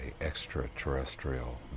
extraterrestrial